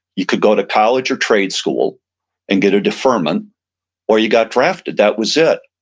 you could go to college or trade school and get a deferment or you got drafted. that was it.